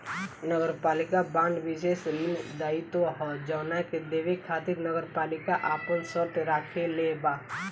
नगरपालिका बांड विशेष ऋण दायित्व ह जवना के देवे खातिर नगरपालिका आपन शर्त राखले बा